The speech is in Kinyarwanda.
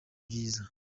byiza